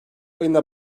ayında